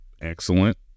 excellent